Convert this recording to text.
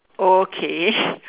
okay